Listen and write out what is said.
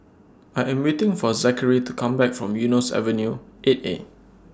I Am waiting For Zachary to Come Back from Eunos Avenue eight A